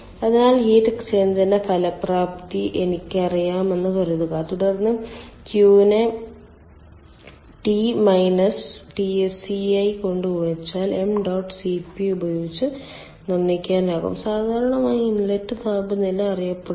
അതിനാൽ ഹീറ്റ് എക്സ്ചേഞ്ചറിന്റെ ഫലപ്രാപ്തി എനിക്കറിയാമെന്ന് കരുതുക തുടർന്ന് Q നെ തി മൈനസ് Tci കൊണ്ട് ഗുണിച്ചാൽ m ഡോട്ട് Cp ഉപയോഗിച്ച് നിർണ്ണയിക്കാനാകും സാധാരണയായി ഇൻലെറ്റ് താപനില അറിയപ്പെടുന്നു